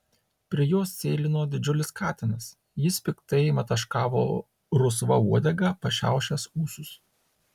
prie jos sėlino didžiulis katinas jis piktai mataškavo rusva uodega pašiaušęs ūsus